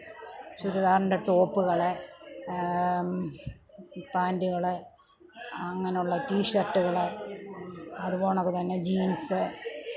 ചുരിദാറിൻ്റെ ടോപ്പുകള് പാൻ്റ്കള് അങ്ങനുള്ള ടീഷർട്ടുകള് അതുപോലെ തന്നെ ജീൻസ്